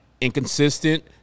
inconsistent –